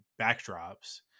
backdrops